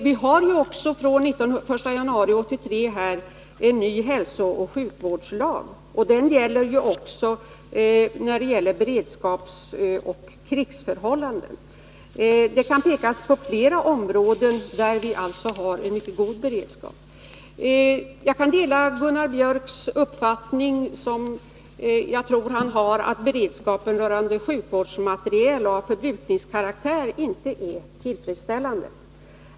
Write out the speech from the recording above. Vi har också från den 1 januari 1983 en ny hälsooch sjukvårdslag. Den gäller också under beredskapsoch krigsförhållanden. Det kan pekas på flera områden där vi alltså har en mycket god beredskap. Jag kan dela den uppfattningen — som jag tror att Gunnar Biörck har — att beredskapen rörande sjukvårdsmateriel av förbrukningskaraktär inte är tillfredsställande.